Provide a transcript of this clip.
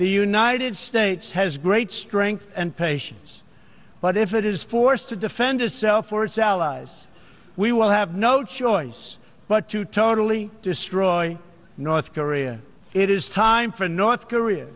the united states has great strength and patients but if it is forced to defend itself or its allies we will have no choice but to totally destroy north korea it is time for north korea